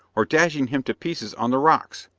or dashing him to pieces on the rocks?